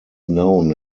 known